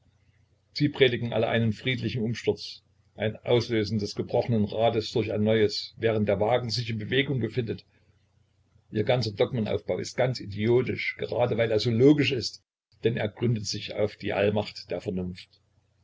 sie predigen alle einen friedlichen umsturz ein auslösen des gebrochenen rades durch ein neues während der wagen sich in bewegung befindet ihr ganzer dogmenaufbau ist ganz idiotisch gerade weil er so logisch ist denn er gründet sich auf der allmacht der vernunft